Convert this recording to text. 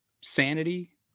sanity